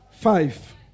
five